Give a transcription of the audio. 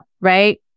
right